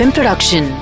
Production